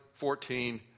14